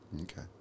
Okay